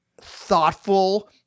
thoughtful